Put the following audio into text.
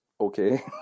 okay